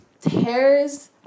tears